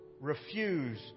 Refuse